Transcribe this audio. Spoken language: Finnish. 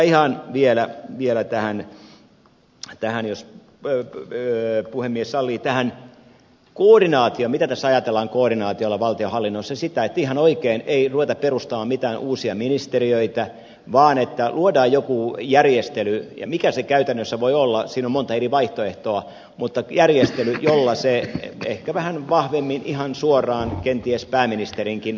ihan vielä jos puhemies sallii tähän koordinaatioon mitä tässä ajatellaan koordinaatiolla valtionhallinnossa sitä että ihan oikein ei ruveta perustamaan mitään uusia ministeriöitä vaan että luodaan joku järjestely mikä se käytännössä voi olla siinä on monta eri vaihtoehtoa mutta järjestely jolla se siirretään ehkä vähän vahvemmin ihan suoraan kenties pääministerinkin alaisuuteen